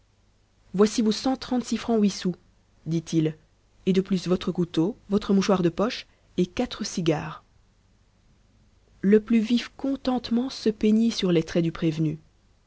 voici vos cent trente-six francs huit sous dit-il et de plus votre couteau votre mouchoir de poche et quatre cigares le plus vif contentement se peignit sur les traits du prévenu